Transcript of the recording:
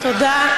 תודה.